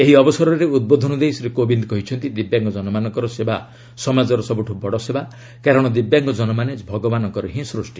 ଏହି ଅବସରରେ ଉଦ୍ବୋଧନ ଦେଇ ଶ୍ରୀ କୋବିନ୍ଦ କହିଛନ୍ତି ଦିବ୍ୟାଙ୍ଗଜନମାନଙ୍କର ସେବା ସମାଜର ସବୁଠୁ ବଡ଼ ସେବା କାରଣ ଦିବ୍ୟାଙ୍ଗଜନମାନେ ଭଗବାନଙ୍କର ହିଁ ସୃଷ୍ଟି